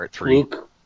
Luke